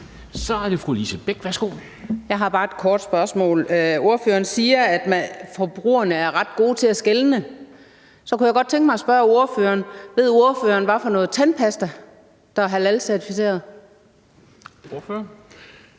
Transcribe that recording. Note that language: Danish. Kl. 11:12 Lise Bech (DF): Jeg har bare et kort spørgsmål. Ordføreren siger, at forbrugerne er ret gode til at skelne. Så kunne jeg godt tænke mig at spørge ordføreren: Ved ordføreren, hvad for noget tandpasta der er halalcertificeret? Kl.